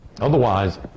Otherwise